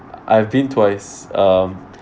I have been twice um